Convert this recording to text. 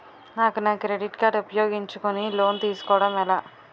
నాకు నా credit card ఉపయోగించుకుని లోన్ తిస్కోడం ఎలా?